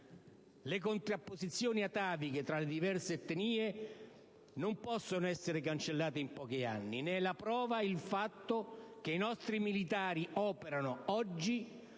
Le contrapposizioni ataviche tra le diverse etnie non possono essere cancellate in pochi anni. Ne è la prova il fatto che i nostri militari operano oggi,